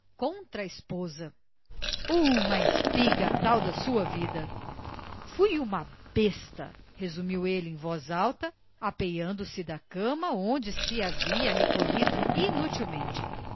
contra a esposa uma espiga a tal da sua vida fui uma besta resumiu ele em voz alta apeando se da cama onde se havia recolhido inutilmente